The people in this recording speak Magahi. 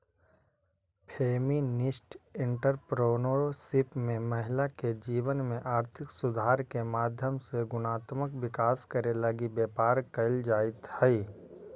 फेमिनिस्ट एंटरप्रेन्योरशिप में महिला के जीवन में आर्थिक सुधार के माध्यम से गुणात्मक विकास करे लगी व्यापार कईल जईत हई